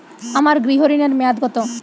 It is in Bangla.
আমার গৃহ ঋণের মেয়াদ কত?